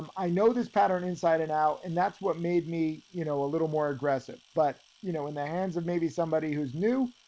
um i know this pattern inside and out. and that's what made me you know, a little more aggressive, but you know, in the hands of maybe somebody who's new,